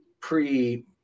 pre